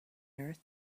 earth